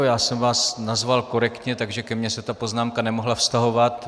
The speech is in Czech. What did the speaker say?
Já jsem vás nazval korektně, takže ke mně se ta poznámka nemohla vztahovat.